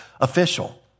official